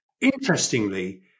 interestingly